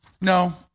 No